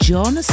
John